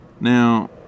Now